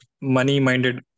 money-minded